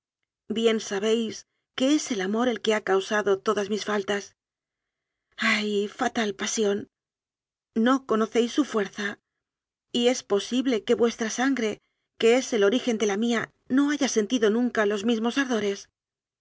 bien sabéis que es el amor el que ha causado todas mis faltas ay fatal pasión no conocéis su fuerza y es posible que vues tra sangre que es el origen de la mía no haya sentido nunca los mismos